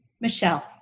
Michelle